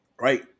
right